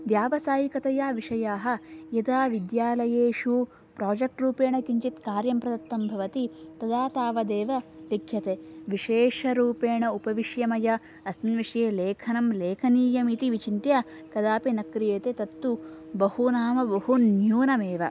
व्यावसायिकतया विषयाः यदा विद्यालयेषु प्रोजेक्ट् रूपेण किञ्चित् कार्यं प्रदत्तं भवति तदा तावदेव लिख्यते विशेषरूपेण उपविश्य मया अस्मिन् विषये लेखनं लेखनीयम् इति विचिन्त्य कदापि न क्रीयते तत्तु बहुनां बहु न्यूनमेव